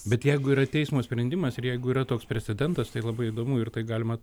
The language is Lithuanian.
bet jeigu yra teismo sprendimas ir jeigu yra toks precedentas tai labai įdomu ir tai galima